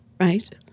right